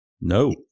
No